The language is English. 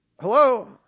hello